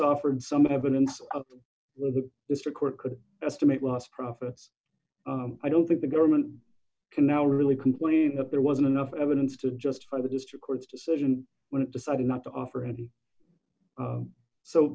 offered some evidence to the district court could estimate lost profits i don't think the government can now really complain that there wasn't enough evidence to justify the district court's decision when it decided not to offer any